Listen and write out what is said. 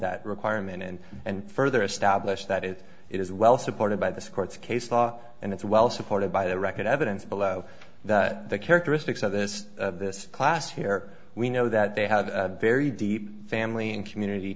that requirement and and further establish that it is well supported by this court's case law and it's well supported by the record evidence below that the characteristics of this of this class here we know that they have very deep family and community